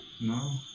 No